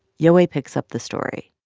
yowei picks up the story